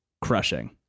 crushing